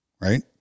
right